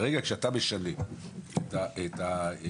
כרגע כשאתה משנה את האטמוספירה,